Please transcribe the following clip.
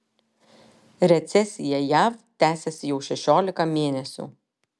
recesija jav tęsiasi jau šešiolika mėnesių